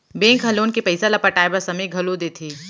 bank ह loan के पइसा ल पटाए बर समे घलो देथे